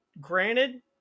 granted